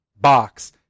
box